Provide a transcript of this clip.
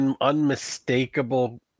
unmistakable